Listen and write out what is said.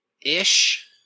Ish